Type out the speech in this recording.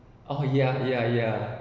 oh ya ya ya